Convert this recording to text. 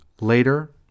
later